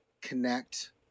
connect